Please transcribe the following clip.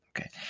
Okay